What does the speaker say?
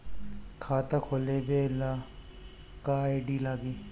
खाता खोलाबे ला का का आइडी लागी?